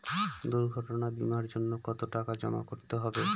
দুর্ঘটনা বিমার জন্য কত টাকা জমা করতে হবে?